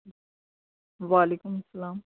وعلیکم السلام